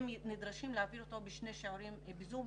הם נדרשים להעביר אותו בשני שיעורים בזום,